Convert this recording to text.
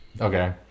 okay